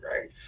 Right